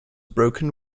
broken